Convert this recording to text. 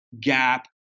gap